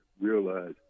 realize